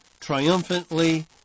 Triumphantly